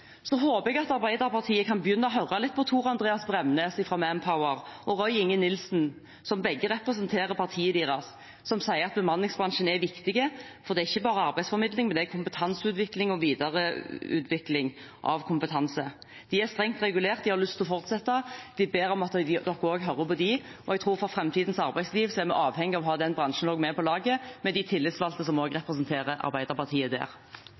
håper at Arbeiderpartiet kan begynne å høre litt på Tor Andreas Bremnes fra Manpower og Roy Inge Nilsen, som begge representerer partiet deres, og som sier at bemanningsbransjen er viktig, for det er ikke bare arbeidsformidling, men det er kompetanseutvikling og videreutvikling av kompetanse. De er strengt regulert. De har lyst til å fortsette. De ber om at dere også hører på dem. Jeg tror at for framtidens arbeidsliv er vi avhengige av å ha også den bransjen med på laget, med de tillitsvalgte som også representerer Arbeiderpartiet der.